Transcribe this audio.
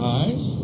eyes